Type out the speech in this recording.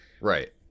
right